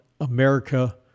America